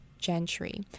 Gentry